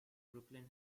brooklyn